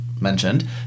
mentioned